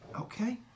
Okay